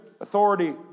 authority